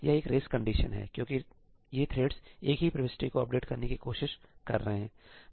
यह एक race condition है क्योंकि ये थ्रेड्स एक ही प्रविष्टि को अपडेट करने की कोशिश कर रहे हैं